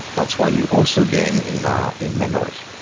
that's why you also gain in ah in memory.